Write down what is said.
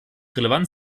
relevant